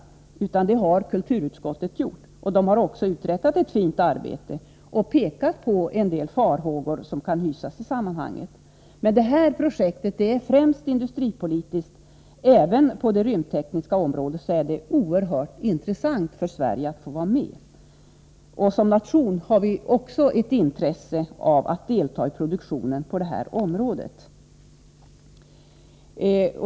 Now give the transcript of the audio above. Det har emellertid kulturutskottet gjort, som också har uträttat ett fint arbete och framhållit att vissa farhågor kan hysas i det här sammanhanget. Projektet är emellertid främst industripolitiskt, och det är oerhört intressant för Sverige att få vara med även på det rymdtekniska området. Som nation har vi ett intresse av att delta i produktionen på detta område.